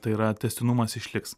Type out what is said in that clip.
tai yra tęstinumas išliks